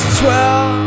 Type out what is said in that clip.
twelve